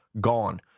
gone